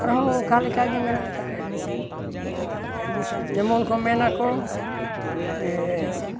ᱟᱨᱦᱚᱸ ᱚᱱᱠᱟ ᱞᱮᱠᱟ ᱜᱮ ᱢᱮᱱᱟᱜ ᱟᱠᱟᱜᱼᱟ ᱡᱮᱢᱚᱱ ᱠᱚ ᱢᱮᱱ ᱟᱠᱚ ᱡᱮ